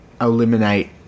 eliminate